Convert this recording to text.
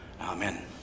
Amen